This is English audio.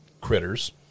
critters